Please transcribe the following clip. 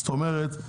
זאת אומרת,